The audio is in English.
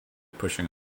pushing